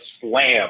Slam